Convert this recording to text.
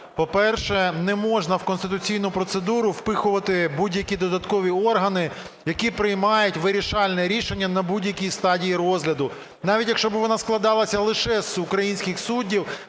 По-перше, не можна в конституційну процедуру впихувати будь-які додаткові органи, які приймають вирішальне рішення на будь-якій стадії розгляду. Навіть якщо б вона складалася лише з українських суддів,